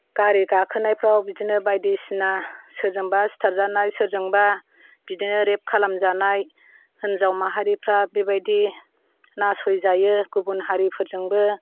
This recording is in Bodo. गारि गाखोनायफ्राव बिदिनो बायदिसिना सोरजोंबा सिथारजानाय सोरजोंबा बिदिनो रेप खालामजानाय होन्जाव माहारिफ्रा बेबादि नासय जायो गुबुन हारिफोरजोंबो